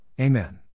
Amen